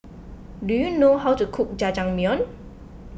do you know how to cook Jajangmyeon